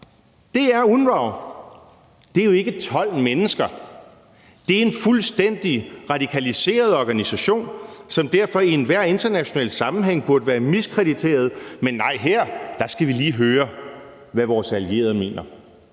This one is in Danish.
Det er UNRWA. Det er jo ikke 12 mennesker. Det er en fuldstændig radikaliseret organisation, som derfor i enhver international sammenhæng burde være miskrediteret. Men nej, her skal vi lige høre, hvad vores allierede mener.